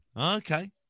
Okay